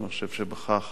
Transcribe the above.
אני חושב שבכך